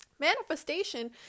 Manifestation